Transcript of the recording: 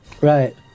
Right